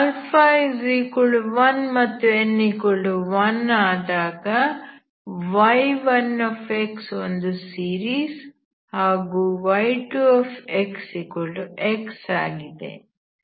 α1 ಮತ್ತು n1 ಆದಾಗ y1x ಒಂದು ಸೀರೀಸ್ ಹಾಗೂ y2xx ಆಗಿದೆ